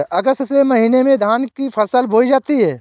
अगस्त के महीने में धान की फसल बोई जाती हैं